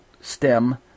stem